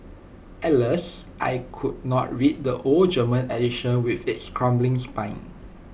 Alas I could not read the old German edition with its crumbling spine